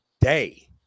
day